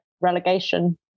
relegation